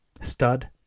stud